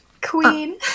queen